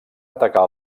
atacar